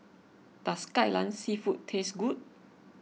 does Kai Lan Seafood taste good